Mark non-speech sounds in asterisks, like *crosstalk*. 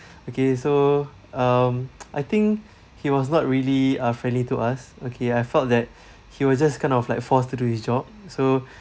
okay so um *noise* I think he was not really uh friendly to us okay I felt that *breath* he was just kind of like forced to do his job so *breath*